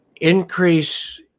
increase